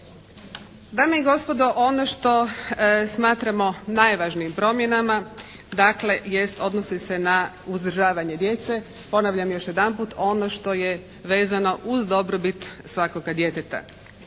Dame i gospodo, ono što smatramo najvažnijim promjenama dakle odnosi se na uzdržavanje djece. Ponavljam još jedanput ono što je vezano uz dobrobit svakoga djeteta.